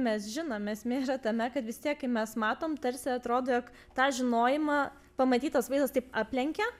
mes žinom esmė yra tame kad vis tiek kai mes matom tarsi atrodo jog tą žinojimą pamatytas vaizdas taip aplenkia